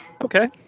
Okay